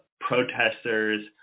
protesters